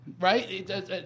Right